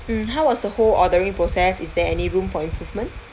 mm how was the whole ordering process is there any room for improvement